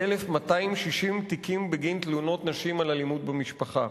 12,260 תיקים בגין תלונות נשים על אלימות במשפחה.